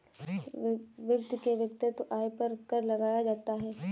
व्यक्ति के वैयक्तिक आय पर कर लगाया जाता है